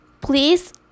please